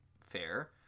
Fair